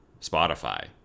Spotify